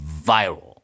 viral